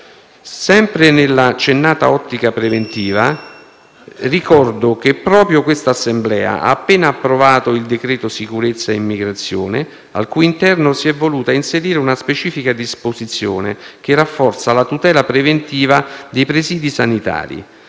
Sempre nella accennata ottica preventiva, ricordo che proprio quest'Assemblea ha appena approvato il decreto-legge sicurezza e immigrazione, al cui interno si è voluta inserire una specifica disposizione che rafforza la tutela preventiva dei presidi sanitari.